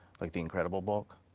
like the incredible bulk?